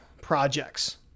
projects